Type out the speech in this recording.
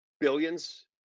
billions